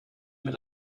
mir